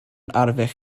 arddull